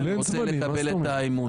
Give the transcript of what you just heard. אני רוצה לקבל את האמון.